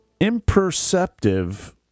imperceptive